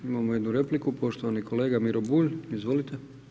Imamo jednu repliku, poštovani kolega Miro Bulj, izvolite.